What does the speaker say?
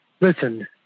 listen